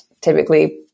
typically